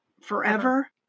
forever